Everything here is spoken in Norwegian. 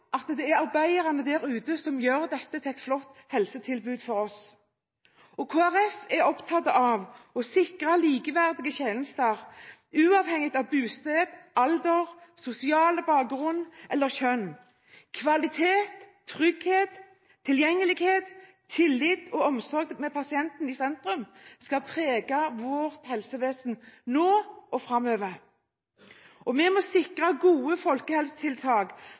arbeiderne der ute som gjør dette til et flott helsetilbud for oss. Kristelig Folkeparti er opptatt av å sikre likeverdige tjenester, uavhengig av bosted, alder, sosial bakgrunn eller kjønn. Kvalitet, trygghet, tilgjengelighet, tillit og omsorg, med pasienten i sentrum, skal prege vårt helsevesen nå og framover. Vi må sikre gode folkehelsetiltak